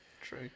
True